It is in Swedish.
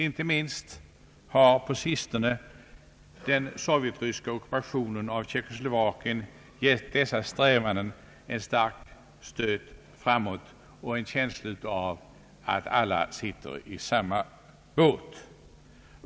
Inte minst har på sistone den sovjetryska ockupationen av Tjeckoslovakien givit dessa strävanden en starkt stöt framåt och skapat en känsla av att alla sitter i samma båt.